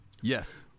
Yes